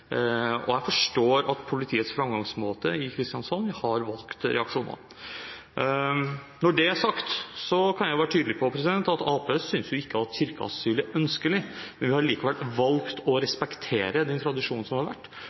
Jeg forstår at politiets framgangsmåte i Kristiansand har vakt reaksjoner. Når det er sagt, kan jeg være tydelig på at Arbeiderpartiet ikke synes at kirkeasyl er ønskelig. Men vi har likevel valgt å respektere den tradisjonen som har vært, og også gitt noen retningslinjer om hvordan dette skulle håndteres, fordi det har vært